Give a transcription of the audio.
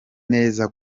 neza